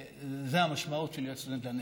זו המשמעות של להיות סטודנט לנצח: